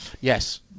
Yes